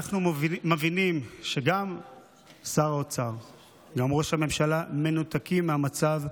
אנחנו מבינים שגם שר האוצר וגם ראש הממשלה מנותקים מהמצב,